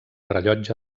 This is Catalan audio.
rellotge